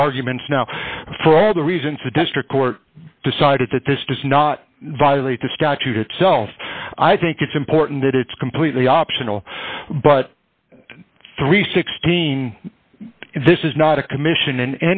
arguments now for all the reasons a district court decided that this does not violate the statute itself i think it's important that it's completely optional but three hundred and sixteen this is not a commission in